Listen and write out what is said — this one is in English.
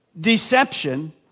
Deception